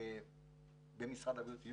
במשרד הבריאות,